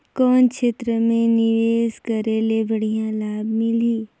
कौन क्षेत्र मे निवेश करे ले बढ़िया लाभ मिलही?